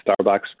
Starbucks